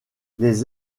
les